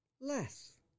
less